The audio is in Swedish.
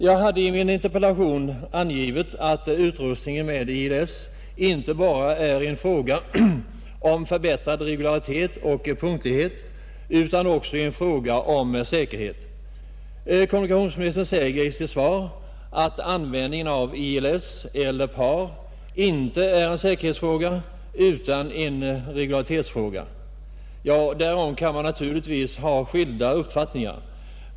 Jag hade i min interpellation angivit att utrustningen med ILS inte bara är en fråga om förbättrad regularitet och punktlighet utan också en fråga om säkerhet. Kommunikationsministern säger i sitt svar att användningen av ILS eller PAR inte är en säkerhetsfråga utan en regularitetsfråga. Ja, därom kan man naturligtvis ha skilda uppfattningar.